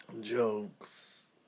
jokes